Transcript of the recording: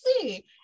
see